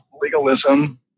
legalism